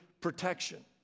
protection